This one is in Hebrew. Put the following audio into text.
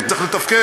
הוא צריך לתפקד.